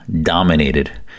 dominated